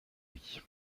vie